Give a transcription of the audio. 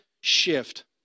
shift